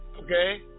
okay